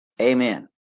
Amen